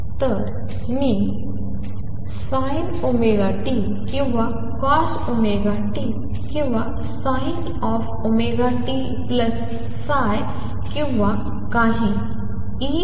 तर मी sin ωt किंवा cosωt किंवा sin⁡ωtϕकिंवा काही eiωt